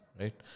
right